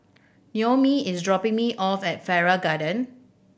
Naomi is dropping me off at Farrer Garden